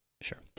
Sure